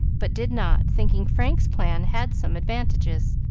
but did not, thinking frank's plan had some advantages.